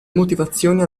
motivazioni